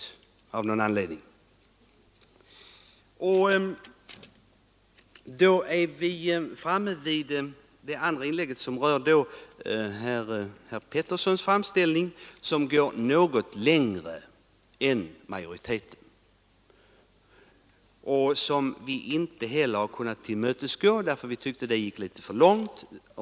Vad sedan herr Petersson i Röstånga beträffar så ville han som vi hörde gå litet längre än majoriteten. Vi har inte kunnat tillmötesgå honom eftersom vi tyckte att han gick litet för långt.